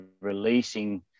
releasing